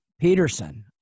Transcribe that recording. Peterson